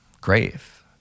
grave